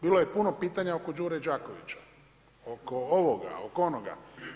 Bilo je puno pitanja oko Đure Đakovića, oko ovoga, oko onoga.